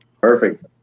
Perfect